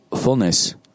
fullness